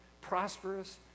prosperous